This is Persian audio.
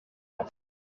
انسان